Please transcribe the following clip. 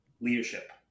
Leadership